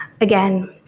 Again